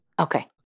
Okay